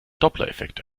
dopplereffekt